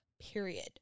period